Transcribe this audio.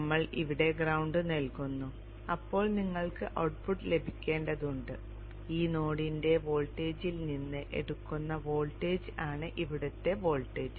ഞങ്ങൾ ഇവിടെ ഗ്രൌണ്ട് നൽകുന്നു അപ്പോൾ നിങ്ങൾക്ക് ഔട്ട്പുട്ട് ലഭിക്കേണ്ടതുണ്ട് ഈ നോഡിന്റെ വോൾട്ടേജിൽ നിന്ന് എടുക്കുന്ന വോൾട്ടേജ് ആണ് ഇവിടുത്തെ വോൾട്ടേജ്